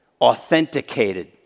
authenticated